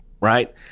right